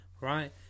right